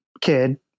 kid